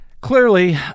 Clearly